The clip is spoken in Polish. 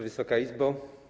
Wysoka Izbo!